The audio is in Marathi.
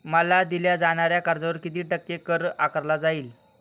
मला दिल्या जाणाऱ्या कर्जावर किती टक्के कर आकारला जाईल?